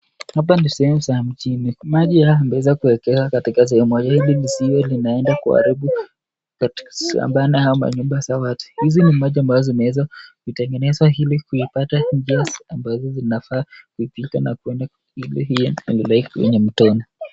Hapa ni sehemu za mjini. Maji haya yameweza kuekezwa katika sehemu moja hili lisije likaenda kuharibu mashambani ama manyumba za watu. Hizi ni maji ambazo zimeweza kutengenezwa ili kuipata njia ambazo zinafaa kupitika na kwenda ili iendelee kwenye mtoni.